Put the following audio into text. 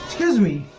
his me